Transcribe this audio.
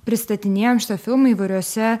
pristatinėjom šitą filmą įvairiose